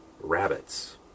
rabbits